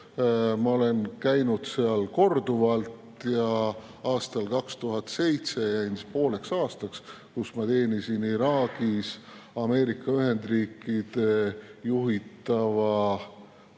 Ma olen käinud seal korduvalt ja aastal 2007 jäin sinna pooleks aastaks, kui ma teenisin Ameerika Ühendriikide juhitud